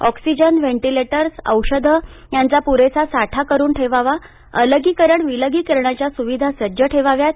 oxygen ventilators औषधं यांचा पुरेसा साठा करून ठेवावा अलगीकरण विलगीकरणाच्या सुविधा सज्ज ठेवाव्यात